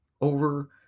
over